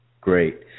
Great